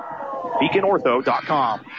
BeaconOrtho.com